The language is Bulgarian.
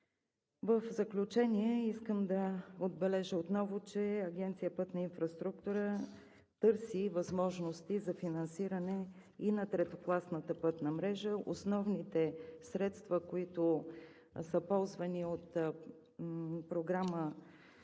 В заключение искам да отбележа отново, че Агенция „Пътна инфраструктура“ търси възможности за финансиране и на третокласната пътна мрежа. Основните средства, които са ползвани от Програма